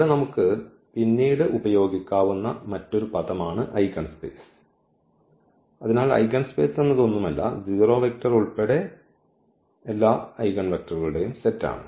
ഇവിടെ നമുക്ക് പിന്നീട് ഉപയോഗിക്കാവുന്ന മറ്റൊരു പദമാണ് ഐഗൺസ്പേസ് അതിനാൽ ഐഗൺസ്പേസ് ഒന്നുമല്ല 0 വെക്റ്റർ ഉൾപ്പെടെ ഈ ഐഗൺവെക്ടറുകളുടെ സെറ്റാണ്